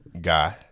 Guy